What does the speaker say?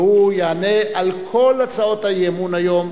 והוא יענה על כל הצעות האי-אמון היום.